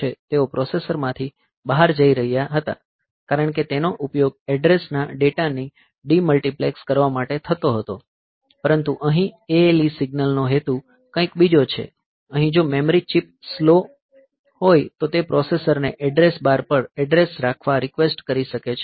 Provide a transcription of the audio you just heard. તેઓ પ્રોસેસરમાંથી બહાર જઈ રહ્યા હતા કારણ કે તેનો ઉપયોગ એડ્રેસ ના ડેટા ને ડિમલ્ટિપ્લેક્સ કરવા માટે થતો હતો પરંતુ અહીં ALE સિગ્નલનો હેતુ કંઈક બીજો છે અહીં જો મેમરી ચિપ સ્લો હોય તો તે પ્રોસેસરને એડ્રેસ બાર પર એડ્રેસ રાખવા રીક્વેસ્ટ કરી શકે છે